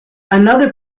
another